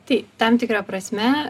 tai tam tikra prasme